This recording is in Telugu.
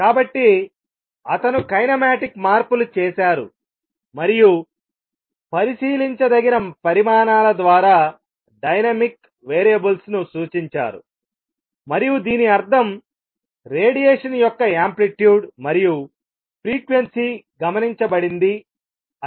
కాబట్టి అతను కైనమాటిక్ మార్పులు చేసారు మరియు పరిశీలించదగిన పరిమాణాల ద్వారా డైనమిక్ వేరియబుల్స్ను సూచించారు మరియు దీని అర్థం రేడియేషన్ యొక్క యాంప్లిట్యూడ్ మరియు ఫ్రీక్వెన్సీ గమనించబడింది అని